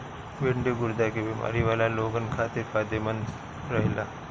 भिन्डी गुर्दा के बेमारी वाला लोगन खातिर फायदमंद रहेला